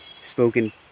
spoken